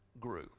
grew